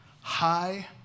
high